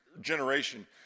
generation